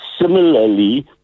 similarly